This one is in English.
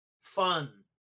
fun